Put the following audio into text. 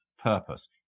purpose